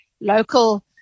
local